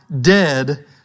dead